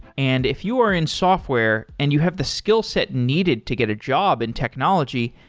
and if you are in software and you have the skillset needed to get a job in technology,